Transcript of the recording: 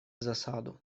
засаду